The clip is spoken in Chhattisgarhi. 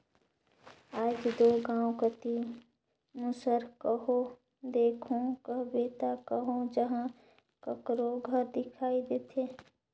आएज दो गाँव कती मूसर कहो देखहू कहबे ता कहो जहो काकरो घर दिखई देथे